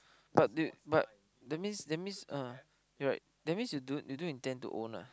but they but that means that means uh right that means you don't you don't intend to own lah